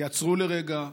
יעצרו לרגע,